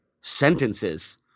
sentences